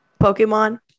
Pokemon